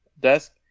desk